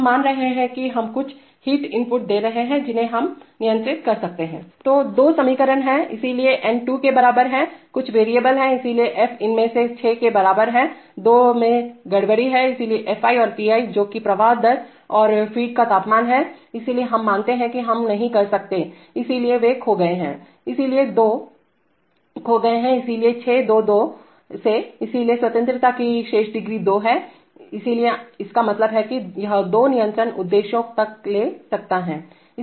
हम मान रहे हैं कि हम कुछ हीट इनपुट दे रहे हैं जिन्हें हम नियंत्रित कर सकते हैं तो दो समीकरण हैंइसलिए n 2 के बराबर हैंछह वेरिएबल हैंइसलिए f इनमें से 6 के बराबर हैंदो में गड़बड़ी है इसलिए Fi और Ti जो कि प्रवाह दरफ्लो रेटऔर फ़ीड का तापमान हैइसलिए हम मानते हैं कि हम नहीं कर सकतेइसलिए वे खो गए हैंइसलिए दो खो गए हैं इसलिए 6 2 2 सेइसलिए स्वतंत्रता की शेष डिग्री 2 हैइसलिए इसका मतलब है कि यह 2 नियंत्रण उद्देश्यों तक ले सकता है